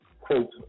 quote